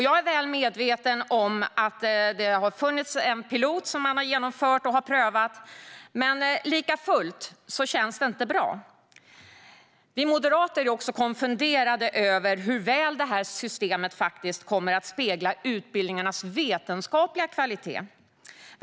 Jag är väl medveten om att man har genomfört och prövat en pilot, men det känns likafullt inte bra. Vi moderater är också tveksamma till hur väl det här systemet faktiskt kommer att spegla utbildningars vetenskapliga kvalitet.